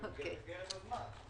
תפנו אותנו למקור הסמכות.